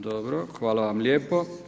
Dobro, hvala vam lijepo.